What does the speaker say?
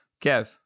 Kev